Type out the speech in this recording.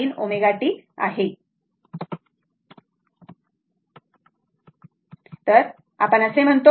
तर ऍक्च्युली आपण असे म्हणतो